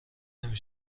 نمی